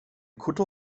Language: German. kutter